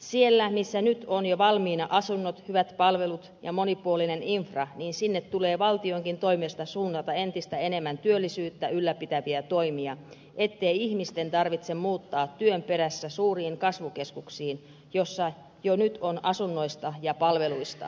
sinne missä nyt on jo valmiina asunnot hyvät palvelut ja monipuolinen infra tulee valtionkin toimesta suunnata entistä enemmän työllisyyttä ylläpitäviä toimia ettei ihmisten tarvitse muuttaa työn perässä suuriin kasvukeskuksiin joissa jo nyt on asunnoista ja palveluista pulaa